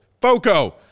FOCO